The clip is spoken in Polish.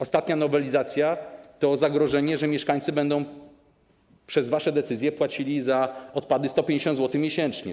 Ostatnia nowelizacja to zagrożenie, że mieszkańcy będą przez wasze decyzje płacili za odpady 150 zł miesięcznie.